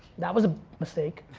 that was a mistake.